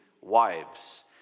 wives